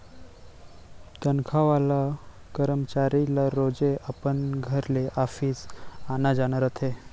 तनखा वाला करमचारी ल रोजे अपन घर ले ऑफिस आना जाना रथे